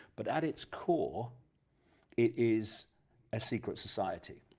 but at its core it is a secret society.